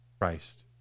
Christ